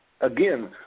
Again